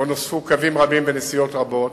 שבו נוספו קווים רבים ונסיעות רבות.